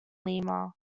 lima